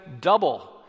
double